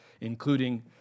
including